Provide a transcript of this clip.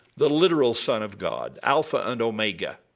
the literal son of god, alpha and omega,